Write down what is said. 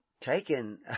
taken